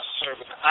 service